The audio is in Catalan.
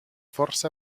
força